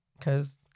Cause